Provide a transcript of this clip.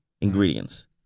ingredients